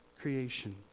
creation